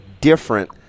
different